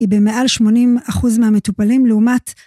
היא במעל 80% מהמטופלים, לעומת...